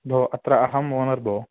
भोः अत्र अहं ओनर् भोः